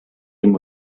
him